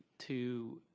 to